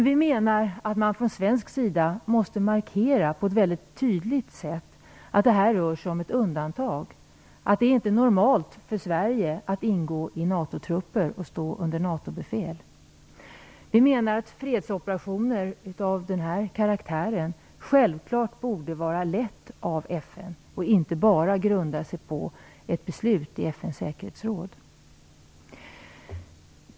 Vi menar att man från svensk sida måste markera på ett mycket tydligt sätt att det rör sig om ett undantag. Det är inte normalt för Sverige att ingå i NATO-trupper och stå under NATO-befäl. Vi menar att fredsoperationer av den här karaktären självfallet borde ledas av FN och inte bara grunda sig på ett beslut i FN:s säkerhetsråd.